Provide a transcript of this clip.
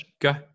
Go